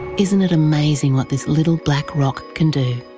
isn't it amazing what this little black rock can do?